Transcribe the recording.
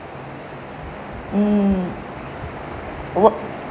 mm what